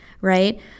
right